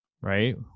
right